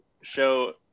show